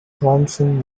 thomson